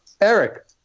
Eric